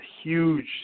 huge